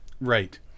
right